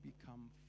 become